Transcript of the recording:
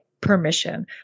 permission